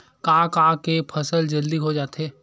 का का के फसल जल्दी हो जाथे?